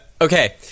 Okay